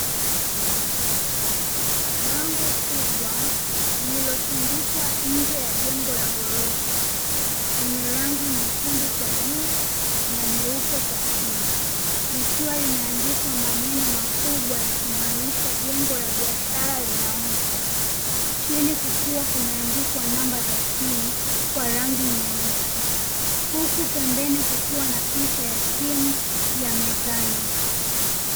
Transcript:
Bango kubwa lililotundikwa nje ya jengo la ghorofa, lenye rangi nyekundu kwa juu na nyeupe kwa chini. Likiwa limeandikwa maneno makubwa yakimaanisha jengo la biashara linauzwa. Chini kukiwa kumeandikwa namba za simu kwa rangi nyeusi. Huku pembeni kukiwa na picha ya simu ya mezani.